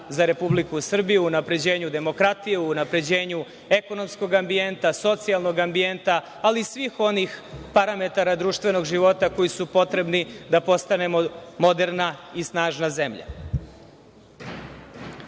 za Republiku Srbiju u unapređenju demokratije, u unapređenju ekonomskog ambijenta, socijalnog ambijenta, ali i svih onih parametara društvenog života koji su potrebni da postanemo moderna i snažna zemlja. Ono